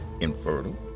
infertile